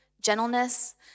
gentleness